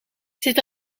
zit